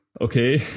okay